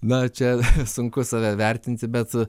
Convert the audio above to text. na čia sunku save vertinti bet